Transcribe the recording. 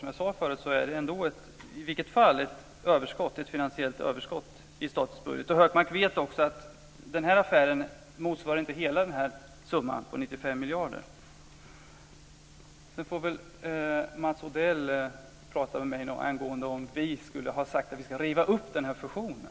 Som jag sade förut är det ett finansiellt överskott i statens budget. Hökmark vet att denna affär inte motsvarar hela summan på 95 miljarder. Sedan får väl Mats Odell prata med mig angående vad vi ska ha sagt om att riva upp fusionen.